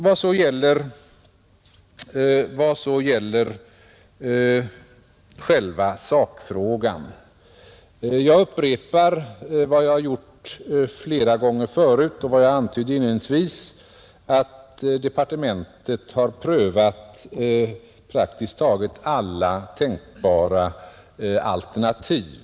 Vad sedan gäller själva sakfrågan upprepar jag vad jag sagt flera gånger tidigare och även antydde inledningsvis, att departementet har prövat praktiskt taget alla tänkbara alternativ.